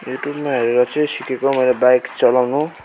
युट्युबमा चाहिँ हेरेर सिकेको मैले बाइक चलाउनु